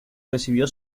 recibió